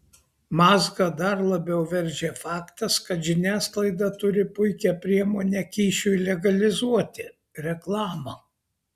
mazgą dar labiau veržia faktas kad žiniasklaida turi puikią priemonę kyšiui legalizuoti reklamą